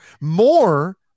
more